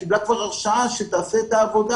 כי היא קיבלה כבר הרשאה שתעשה את העבודה,